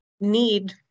need